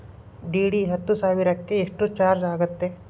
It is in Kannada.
ಡಿ.ಡಿ ಹತ್ತು ಸಾವಿರಕ್ಕೆ ಎಷ್ಟು ಚಾಜ್೯ ಆಗತ್ತೆ?